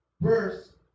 Verse